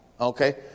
Okay